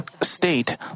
state